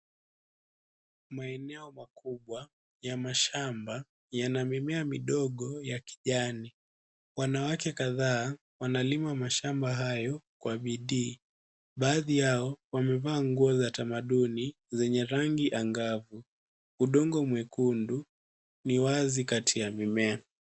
Maeneo makubwa ya mashamba yana mimea midogo ya kijani. Wanawake kadhaa wanalima mashamba hayo kwa bidii. Baadhi yao wamevaa nguo za tamaduni yenye rangi angavu. Udongo mwekundu ni wazi kati ya mimea.